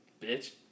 bitch